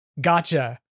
Gotcha